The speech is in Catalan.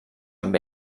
amb